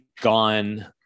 gone